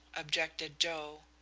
objected joe.